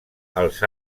els